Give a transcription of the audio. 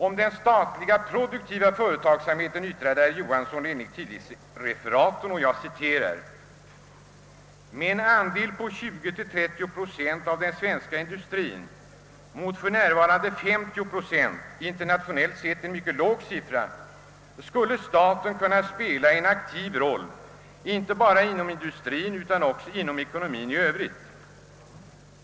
Om den statliga produktiva företagsamheten yttrade herr Johansson enligt ett tidningsreferat: »Med en andel på 20—30 procent av den svenska industrin mot för närvarande 50 procent — internationellt sett en mycket låg siffra — skulle staten kunna spela en aktiv roll inte bara inom industrin utan också inom ekonomin i övrigt.